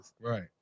Right